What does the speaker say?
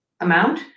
amount